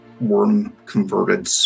worm-converted